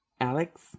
Alex